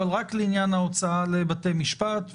אבל רק לעניין ההוצאה לבתי משפט,